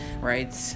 right